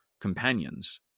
companions